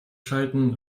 schalten